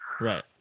Right